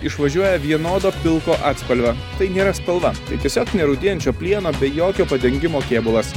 išvažiuoja vienodo pilko atspalvio tai nėra spalva tai tiesiog nerūdijančio plieno be jokio padengimo kėbulas